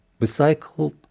recycled